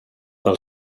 pel